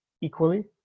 equally